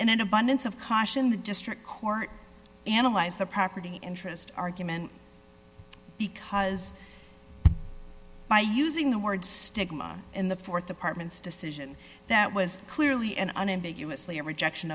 in an abundance of caution the district court analyzed the property interest argument because by using the word stigma in the th apartments decision that was clearly and unambiguously a rejection